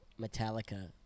Metallica